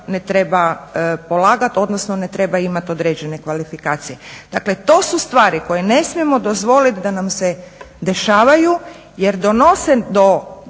ne treba polagati odnosno ne treba imati određene kvalifikacije? Dakle to su stvari koje ne smijemo dozvoliti da nam se dešavaju jer nas